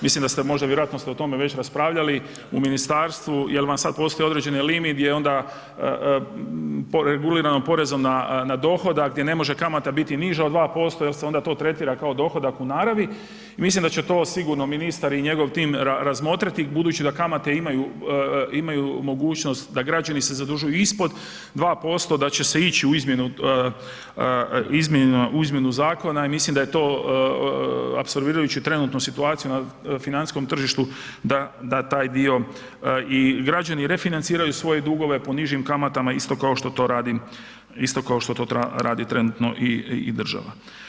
Mislim da ste možda, vjerojatno ste o tome već raspravljali u ministarstvu jer vam sada postoji određeni limit gdje onda regulirano porezom na dohodak, gdje ne može kamata biti niža od 2% jer se onda to tretira kao dohodak u naravi, mislim da će to sigurno ministar i njegov tim razmotriti budući da kamate imaju mogućnost da građani se zadužuju ispod 2%, da će se ići u izmjenu zakona i mislim da je to apsorbirajući trenutno situaciju na financijskom tržištu da taj dio i građani refinanciraju svoje dugove po nižim kamatama isto kao što to radi, isto kao što to radi trenutno i država.